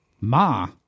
Ma